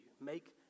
Make